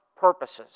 purposes